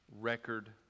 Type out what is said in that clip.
record